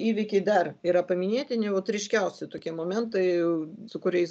įvykiai dar yra paminėtini vat ryškiausi tokie momentai su kuriais